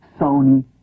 Sony